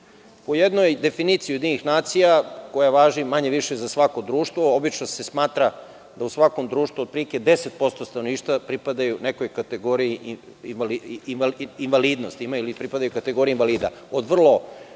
jednoj definiciji UN, koja važi manje-više za svako društvo, obično se smatra da u svakom društvu otprilike 10% stanovništva pripadaju nekoj kategoriji invalidnosti, ili pripadaju kategoriji invalida, da